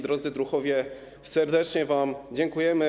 Drodzy druhowie, serdecznie wam dziękujemy.